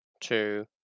two